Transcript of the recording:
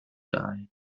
die